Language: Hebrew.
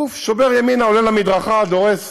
בוף, שובר ימינה, עולה על המדרכה, דורס